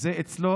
אצלו.